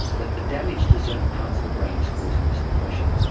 that the damage to certain parts of the brain is causing this depression,